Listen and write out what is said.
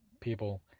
people